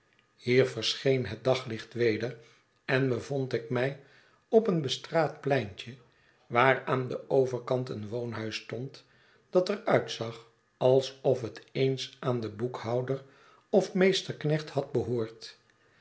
hier verscheen het daglicht weder en bevond ik mij op een bestraat pleintje waar aan den overkant een woonhuis stond dat er uitzag alsof het eens aan den boekhouder of meesterknecht had behoord